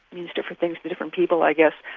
means different things to different people i guess,